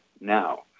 now